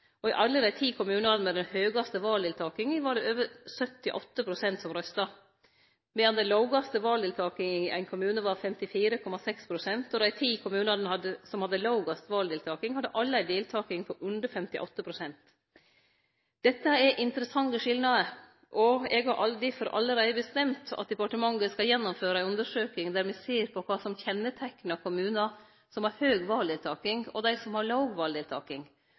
og i alle dei ti kommunane med den høgaste valdeltakinga var det over 78 pst. som røysta, medan den lågaste valdeltakinga i ein kommune var 54,6 pst. Dei ti kommunane som hadde lågast valdeltaking, hadde alle ei deltaking på under 58 pst. Dette er interessante skilnader, og eg har difor allereie bestemt at departementet skal gjennomføre ei undersøking der me ser på kva som kjenneteiknar kommunar som har høg valdeltaking, og dei som har låg valdeltaking.